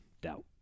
doubt